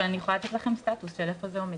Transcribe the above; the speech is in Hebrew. אבל אני יכולה לתת לכם סטטוס איפה זה עומד.